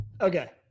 Okay